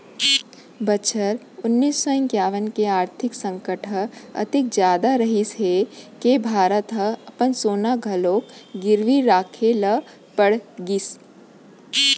बछर उन्नीस सौ इंकावन के आरथिक संकट ह अतेक जादा रहिस हे के भारत ह अपन सोना घलोक गिरवी राखे ल पड़ गिस